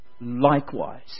likewise